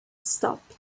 stopped